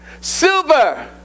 silver